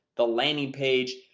the landing page,